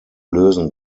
lösen